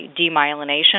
demyelination